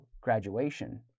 graduation